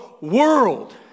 world